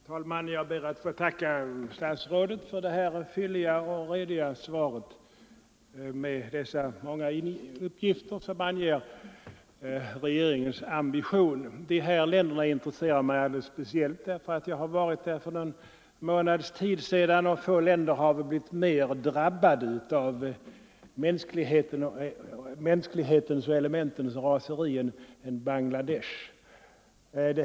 Herr talman! Jag ber att få tacka statsrådet för det fylliga och rediga svaret med många uppgifter som anger regeringens ambitioner i frågan. Dessa länder intresserar mig alldeles speciellt eftersom jag varit där för någon månad sedan, och få länder har väl blivit mer drabbade av mänsklighetens och elementens raseri än Bangladesh.